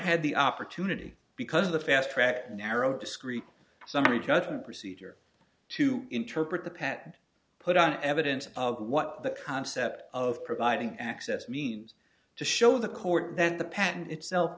had the opportunity because of the fast track narrow discrete summary judgment procedure to interpret the patent put on evidence of what the concept of providing access means to show the court that the patent itself